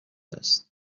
است